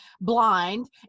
blind